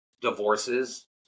divorces